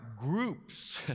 groups